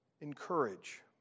encourage